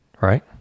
right